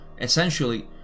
essentially